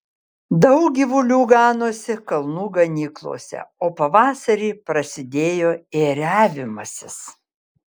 daug gyvulių ganosi kalnų ganyklose o pavasarį prasidėjo ėriavimasis